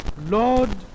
Lord